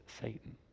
Satan